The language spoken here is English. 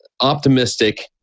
optimistic